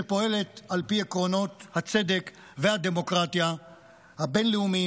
שפועלת על פי עקרונות הצדק והדמוקרטיה הבין-לאומיים,